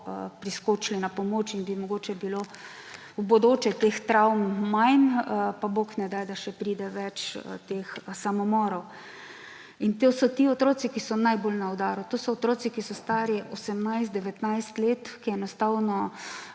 priskočili na pomoč, in bi bilo mogoče v bodoče teh travm manj, pa bog ne daj, da še pride več teh samomorov. In to so ti otroci, ki so najbolj na udaru. To so otroci, ki so stari 18, 19 let, ki so enostavno